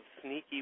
sneaky